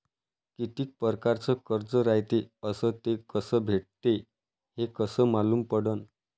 कितीक परकारचं कर्ज रायते अस ते कस भेटते, हे कस मालूम पडनं?